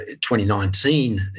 2019